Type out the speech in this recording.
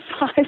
five